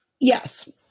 Yes